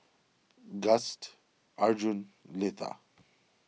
Gust Arjun Letha